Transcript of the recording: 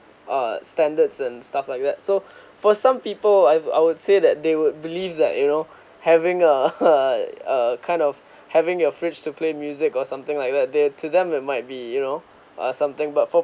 uh standards and stuff like that so for some people I I would say that they would believe that you know having a a uh kind of having a fridge to play music or something like that they to them that might be you know uh something but for